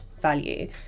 value